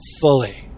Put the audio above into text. fully